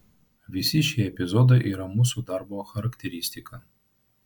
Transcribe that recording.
visi šie epizodai yra mūsų darbo charakteristika